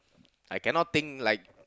I cannot think like